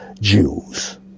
Jews